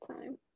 time